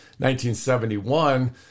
1971